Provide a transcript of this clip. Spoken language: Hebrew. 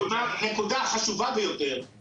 הנקודה החשובה ביותר,